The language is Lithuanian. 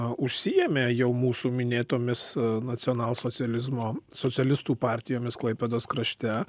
užsiėmė jau mūsų minėtomis nacionalsocializmo socialistų partijomis klaipėdos krašte